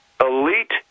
Elite